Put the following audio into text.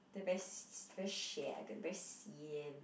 they are very si~ very shag very sian